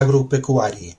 agropecuari